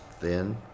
thin